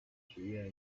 学院